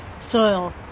soil